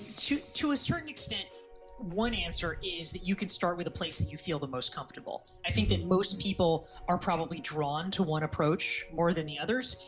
to to a certain extent one answer is that you could start with a place where and you feel the most comfortable. i think that most people are probably drawn to one approach more than the others,